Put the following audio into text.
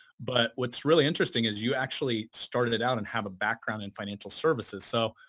but what's really interesting is you actually started out and have a background in financial services. so,